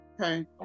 Okay